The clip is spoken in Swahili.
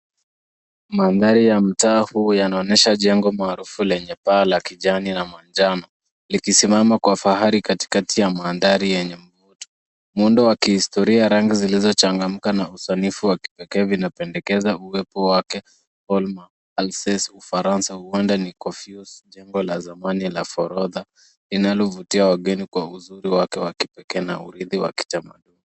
Mandhari ya mtaa huu yanaonyesha jengo maarufu lenye paa la kijani na manjano likisimama kwa fahari katikati ya mandhari yenye uvuto. Muundo wa kihistoria rangi zilizochaganyika na usanifu wa kipekee unapendekiza uwepo wake, jengo la zamani la forodha yanayovutia wageni kwa uzuri wake wa kipekee.